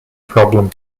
problem